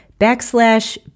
backslash